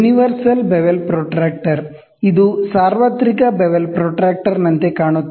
universal bevel protractor ಇದು universal bevel ಪ್ರೊಟ್ರಾಕ್ಟರ್ನಂತೆ ಕಾಣುತ್ತದೆ